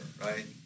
right